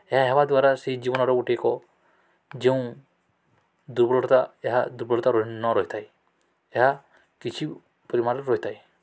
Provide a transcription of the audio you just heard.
ଏହା ହେବା ଦ୍ୱାରା ସେଇ ଜୀବନର ଗୋଟିକ ଯେଉଁ ଦୁର୍ବଳତା ଏହା ଦୁର୍ବଳତା ନ ରହିଥାଏ ଏହା କିଛି ପରିମାଣରେ ରହିଥାଏ